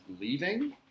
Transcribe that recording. leaving